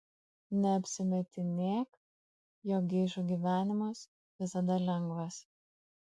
neapsimetinėk jog geišų gyvenimas visada lengvas